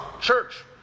church